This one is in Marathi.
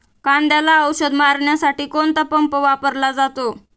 कांद्याला औषध मारण्यासाठी कोणता पंप वापरला जातो?